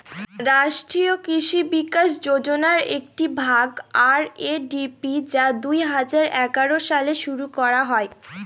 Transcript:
রাষ্ট্রীয় কৃষি বিকাশ যোজনার একটি ভাগ আর.এ.ডি.পি যা দুই হাজার এগারো সালে শুরু করা হয়